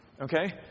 Okay